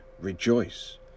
rejoice